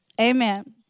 Amen